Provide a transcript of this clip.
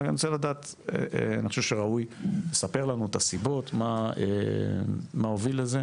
אבל אני רוצה לדעת ואני חושב שראוי לספר לנו את הסיבות שהובילו לזה